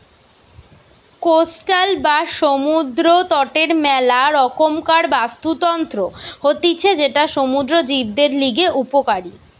coastal বা সমুদ্র তটের মেলা রকমকার বাস্তুতন্ত্র হতিছে যেটা সমুদ্র জীবদের লিগে উপকারী